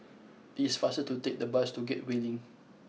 it is faster to take the bus to Gateway Link